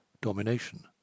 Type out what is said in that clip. domination